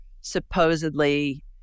supposedly